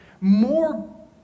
more